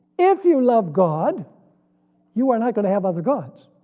if you love god you are not going to have other gods.